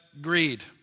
greed